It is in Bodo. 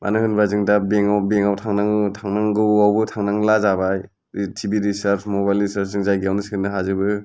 मानो होनबा जों दा बेंक आव थांनांगौआवबो थांनांला जाबाय बे TV recharge mobile recharge जों जायगायावनो सोनो हाजोबो